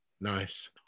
Nice